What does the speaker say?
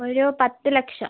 ഒരു പത്ത് ലക്ഷം